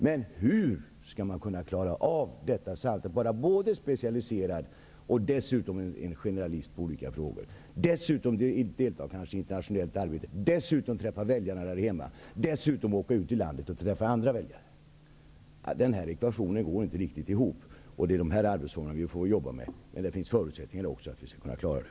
Men hur skall man klara av att vara specialiserad och generalist på olika frågor? Dessutom skall man kanske delta i internationellt arbete, dessutom träffa väljarna på hemorten och dessutom åka ut i landet och träffa andra väljare. Den ekvationen går inte ihop. Det är de arbetsformerna vi måste arbeta med, och det finns förutsättningar för att klara det.